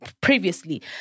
previously